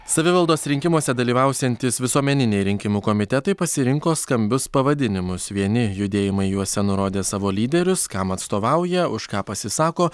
savivaldos rinkimuose dalyvausiantys visuomeniniai rinkimų komitetai pasirinko skambius pavadinimus vieni judėjimai juose nurodė savo lyderius kam atstovauja už ką pasisako